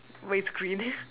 but it's green